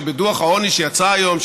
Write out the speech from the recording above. שבדוח העוני שיצא היום,